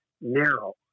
narrow